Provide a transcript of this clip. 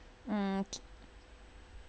mm